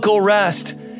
rest